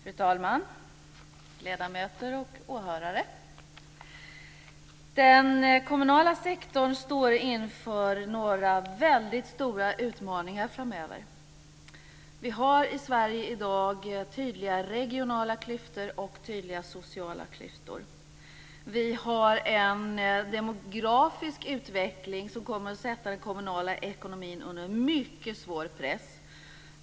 Fru talman! Ledamöter och åhörare! Den kommunala sektorn står inför några väldigt stora utmaningar framöver. Vi har i Sverige i dag tydliga regionala klyftor och tydliga sociala klyftor. Vi har en demografisk utveckling som kommer att sätta den kommunala ekonomin under mycket svår press.